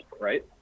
right